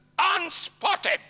unspotted